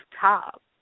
top